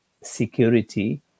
security